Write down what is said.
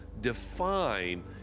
define